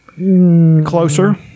Closer